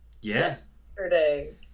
Yesterday